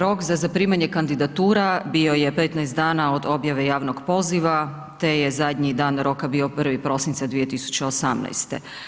Rok za zaprimanje kandidatura bio je 15 dana od objave javnog poziva te je zadnji dan roka bio 1. prosinca 2018.